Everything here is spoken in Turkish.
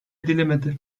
edilemedi